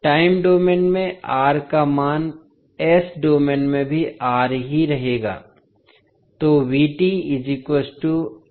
time domain में R का मान s डोमेन में भी R ही रहेगा